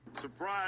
Surprise